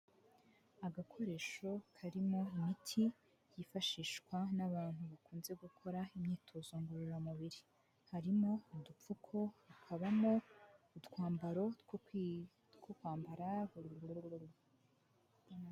Agakoresho karimo imiTi yifashishwa n'abantu bakunze gukora imyitozo ngororamubiri, harimo udupfuko, hakabamo utwambaro two kwambara.